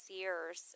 years